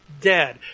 dead